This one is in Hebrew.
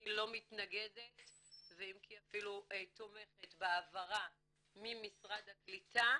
אני לא מתנגדת ואם כי אפילו תומכת בהעברה ממשרד הקליטה